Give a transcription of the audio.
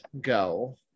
go